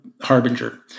harbinger